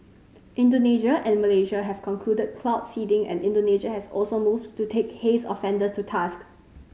Indonesia and Malaysia have conclude cloud seeding and Indonesia has also moved to take haze offenders to task